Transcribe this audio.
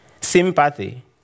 sympathy